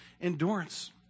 endurance